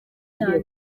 cyane